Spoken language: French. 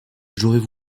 j’aurais